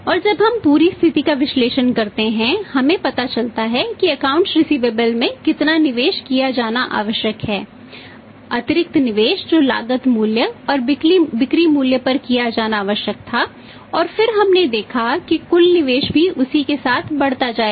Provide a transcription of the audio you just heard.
और जब हम पूरी स्थिति का विश्लेषण करते हैं हमें पता चलता है कि अकाउंट्स रिसिवेबलस के साथ की जाएगी